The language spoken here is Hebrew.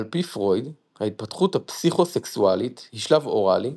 עפ"י פרויד ההתפתחות הפסיכו-סקסואלית היא שלב אוראלי,